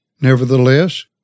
Nevertheless